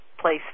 place